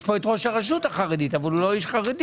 יש פה ראש הרשות החרדית אבל הוא לא איש חרדי.